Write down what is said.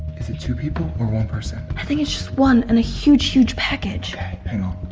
is it two people or one person i think it's just one and a huge huge package and